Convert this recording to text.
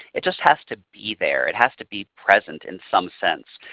it just has to be there. it has to be present in some sense.